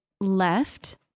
left